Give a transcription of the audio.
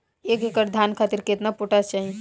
एक एकड़ धान खातिर केतना पोटाश चाही?